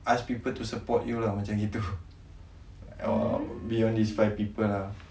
ask people to support you lah macam gitu beyond this five people ah